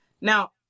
Now